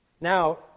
Now